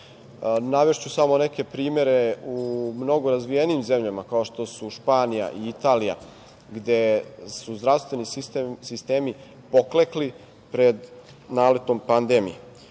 sistema. Navešću samo neke primere u mnogo razvijenijim zemljama, kao što su Španija i Italija, gde su zdravstveni sistemi poklekli pred naletom pandemije.Za